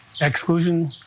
exclusion